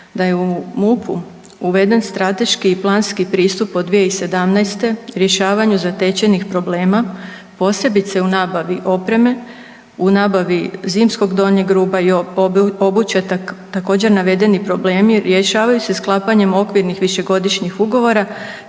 da je u MUP-u uveden strateški i planski pristup od 2017. rješavanju zatečenih problema, posebice u nabavi opremi, u nabavi zimskog donjeg rublja i obuće, također navedeni problemi rješavaju se sklapanjem okvirnih višegodišnjih ugovora,